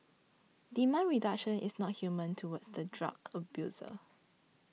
demand reduction is not inhumane towards the drug abuser